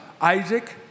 Isaac